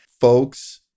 folks